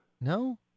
no